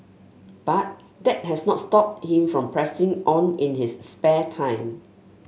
but that has not stopped him from pressing on in his spare time